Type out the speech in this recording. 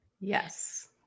Yes